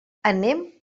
anem